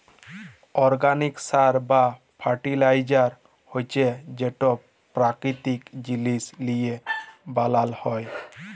organic সার বা fertiliser হছে যেট পাকিতিক জিলিস লিঁয়ে বালাল হ্যয়